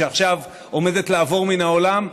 שעכשיו עומדת לעבור מן העולם.